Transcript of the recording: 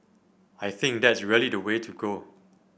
I think that's really the way to go